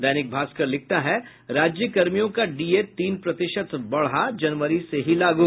दैनिक भास्कर लिखता है राज्यकर्मियों का डीए तीन प्रतिशत बढ़ा जनवरी से ही लागू